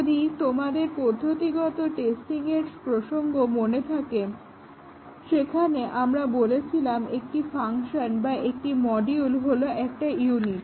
যদি তোমাদের পদ্ধতিগত টেস্টিংয়ের প্রসঙ্গ মনে থাকে সেখানে আমরা বলেছিলাম একটি ফাংশন বা একটি মডিউল হলো একটা ইউনিট